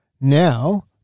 Now